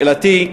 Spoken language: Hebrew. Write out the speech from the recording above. שאלתי: